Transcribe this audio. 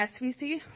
SVC